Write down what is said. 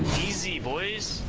z boys